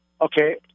Okay